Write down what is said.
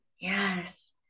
Yes